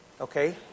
Okay